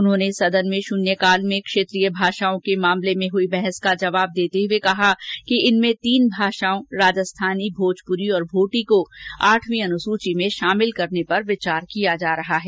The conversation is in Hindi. उन्होंने सदन में शून्यकाल में क्षेत्रीय भाषाओं के मामले में हुई बहस का जवाब देते हुए कहा कि इनमें तीन भाषाओं भोजपुरी राजस्थानी और भोटी को आठवीं अनुसूची में शामिल करने पर विचार कर रही है